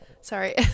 Sorry